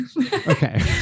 Okay